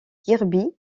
kirby